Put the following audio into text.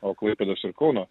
o klaipėdos ir kauno